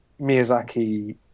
Miyazaki